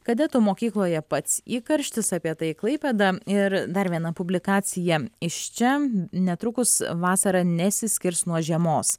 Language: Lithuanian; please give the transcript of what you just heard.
kadetų mokykloje pats įkarštis apie tai klaipėda ir dar viena publikacija iš čia netrukus vasara nesiskirs nuo žiemos